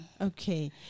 Okay